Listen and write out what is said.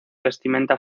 vestimenta